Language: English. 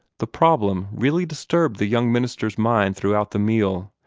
the problem really disturbed the young minister's mind throughout the meal,